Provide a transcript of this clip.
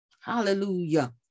Hallelujah